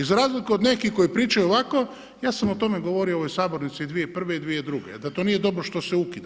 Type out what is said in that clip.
I za razliku od nekih koji pričaju ovako, ja sam o tome govorio u ovoj sabornici i 2001. i 2002. da to nije dobro što se ukida.